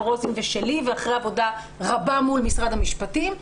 רוזין ושלי ואחרי עבודה רבה מול משרד המשפטים,